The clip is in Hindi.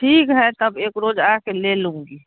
ठीक है तब एक रोज़ आके ले लूँगी